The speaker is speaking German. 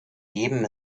geben